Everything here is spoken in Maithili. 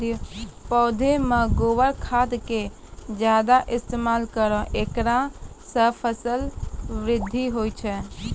पौधा मे गोबर खाद के ज्यादा इस्तेमाल करौ ऐकरा से फसल बृद्धि होय छै?